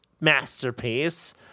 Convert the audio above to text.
Masterpiece